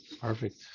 perfect